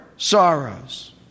sorrows